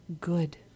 good